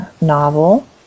novel